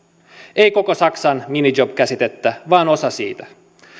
ei koko saksan minijob käsitettä vaan osa siitä